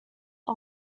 all